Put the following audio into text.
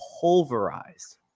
pulverized